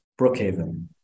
Brookhaven